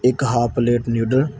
ਇੱਕ half plate noodle